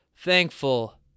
Thankful